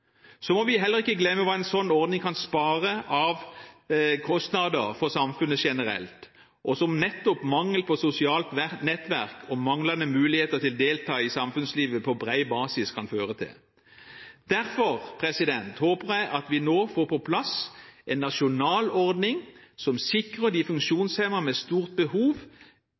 Så må vi heller ikke glemme hva en slik ordning kan spare samfunnet for av kostnader generelt, og som nettopp mangel på sosialt nettverk og manglende mulighet til å kunne delta i samfunnslivet på bred basis kan føre til. Derfor håper jeg at vi nå får på plass en nasjonal ordning som sikrer de funksjonshemmede med stort behov,